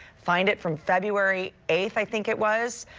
find it from february eighth, i think it was,